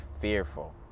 fearful